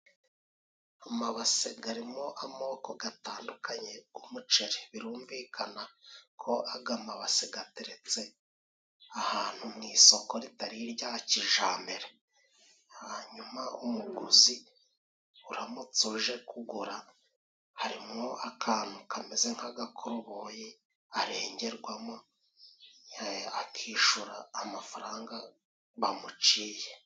Amabasi garimo amoko gatandukanye g'umuceri. Birumvikana ko agamabase gateretse ahantu mu isoko ritari irya cijambere. Hanyuma umuguzi uramutse uje kugura harimwo akantu kameze nk'agakoroboyi arengerwamo akishura amafaranga bamuciye